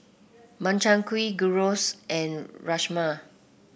Makchang Gui Gyros and Rajma